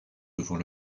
devant